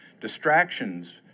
Distractions